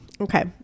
Okay